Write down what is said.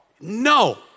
No